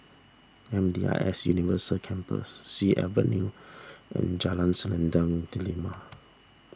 M D I S University Campus Sea Avenue and Jalan Selendang Delima